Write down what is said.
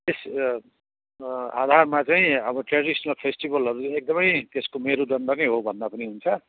यस आधारमा चाहिँ अब ट्रेडिसनल फेस्टिबलहरू एकदमै त्यसको मेरुदण्ड नै हो भन्दा पनि हुन्छ